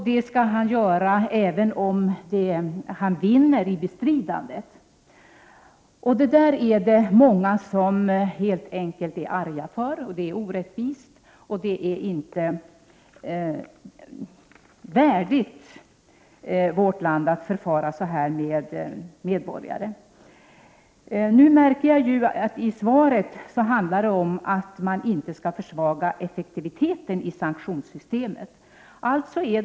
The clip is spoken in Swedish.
Detta skall han göra även om han vinner i fråga om bestridandet. Det är många som helt enkelt är arga över sådant här. Det är ett orättvist förfarande och det är ovärdigt ett land som Sverige att förfara på detta sätt med medborgarna. Svaret handlar dock om att effektiviteten i sanktionssystemet inte skall försvagas.